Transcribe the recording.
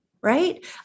right